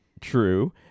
True